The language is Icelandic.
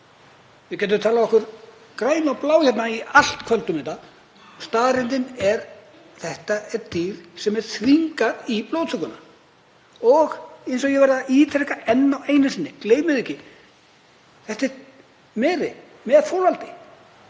Við getum talað okkur græn og blá hérna í allt kvöld um þetta, staðreyndin er að þetta dýr er þvingað í blóðtökuna. Og eins og ég verð að ítreka enn einu sinni, gleymið því ekki, þetta er meri með folaldi,